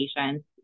patients